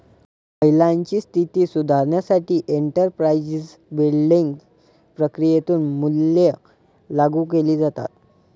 महिलांची स्थिती सुधारण्यासाठी एंटरप्राइझ बिल्डिंग प्रक्रियेतून मूल्ये लागू केली जातात